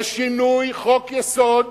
זה שינוי חוק-יסוד